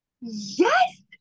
Yes